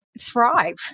thrive